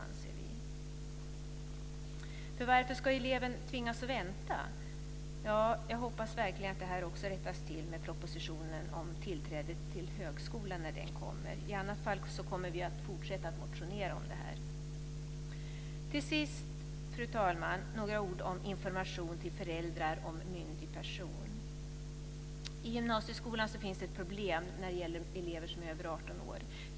Varför ska eleven tvingas vänta? Jag hoppas verkligen att detta också rättas till när propositionen om tillträde till högskolan kommer. I annat fall kommer vi att fortsätta att motionera om det. Till sist, fru talman, vill jag säga några ord om "information till föräldrar om myndig elev". I gymnasieskolan finns det ett problem när det gäller elever som är över 18 år.